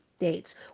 dates